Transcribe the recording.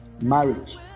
Marriage